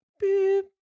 Beep